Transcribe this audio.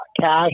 cash